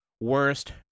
worst